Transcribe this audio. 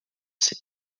ses